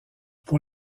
pour